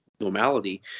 normality